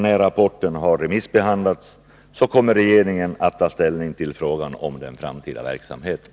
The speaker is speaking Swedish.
När rapporten har remissbehandlats kommer regeringen att ta ställning till frågan om den framtida verksamheten.